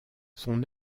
son